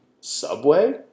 Subway